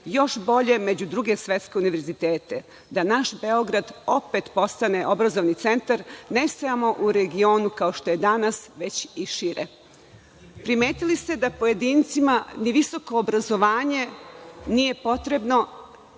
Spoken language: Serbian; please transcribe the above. još bolje među druge svetske univerzitete, da naš Beograd opet postane obrazovni centar, ne samo u regionu, kao što je danas, već i šire. Primetili ste da pojedincima visoko obrazovanje nije potrebno,